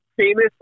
famous